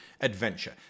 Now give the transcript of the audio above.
adventure